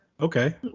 Okay